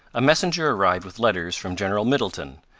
a messenger arrived with letters from general middleton,